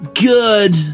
good